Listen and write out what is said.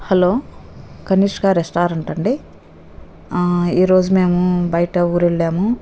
hello Kanishka restaurant అండి ఈరోజు మేము బయట ఊరెళ్ళాము